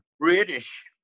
British